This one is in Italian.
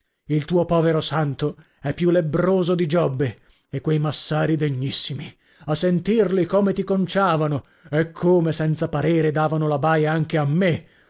il tuo povero santo è più lebbroso di giobbe e quei massari degnissimi a sentirli come ti conciavano e come senza parere davano la baia anche a me